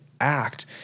act